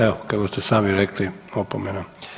Evo kako ste sami rekli opomena.